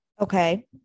Okay